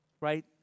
Right